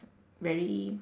very